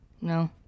No